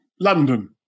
London